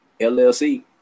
LLC